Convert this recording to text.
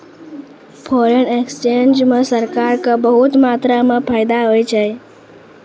foreign exchange म सरकार क बहुत मात्रा म फायदा होय छै